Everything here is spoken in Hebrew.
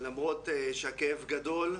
למרות שהכאב גדול,